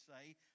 say